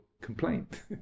complaint